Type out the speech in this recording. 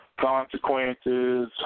consequences